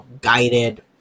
guided